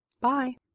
Bye